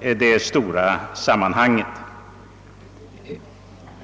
ur det stora sammanhanget.